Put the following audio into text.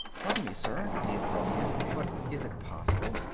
pardon me, sir, neel broke in, but is it possible?